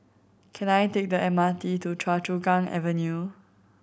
can I take the M R T to Choa Chu Kang Avenue